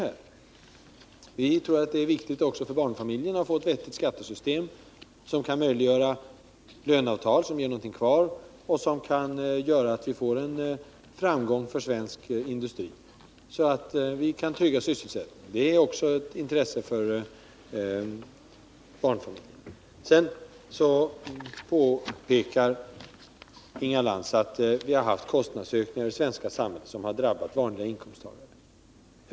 Jag tror att det är viktigt också för barnfamiljerna att få ett skattesystem som kan möjliggöra löneavtal som låter familjerna få någonting kvar och som kan göra att vi får framgång för svensk industri, så att vi kan trygga sysselsättningen. Det är också ett intresse för barnfamiljerna. Sedan påpekar Inga Lantz att vi har haft kostnadsökningar i det svenska samhället som drabbat vanliga inkomsttagare.